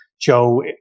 Joe